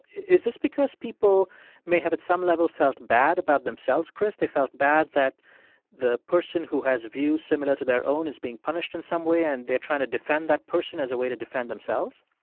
is this because people may have, at some level, felt bad about themselves, chris? they felt bad that the person who has a view similar to their own is being punished in some way, and they're trying to defend that person as a way to defend themselves